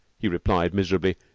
he replied miserably.